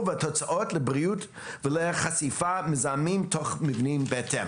והתוצאות לבריאות ולחשיפה למזהמים תוך מבניים בהתאם.